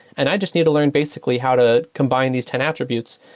and i just need to learn basically how to combine these ten attributes.